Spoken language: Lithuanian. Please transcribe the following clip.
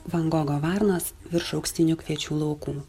van gogo varnos virš auksinių kviečių laukų